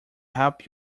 help